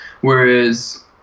Whereas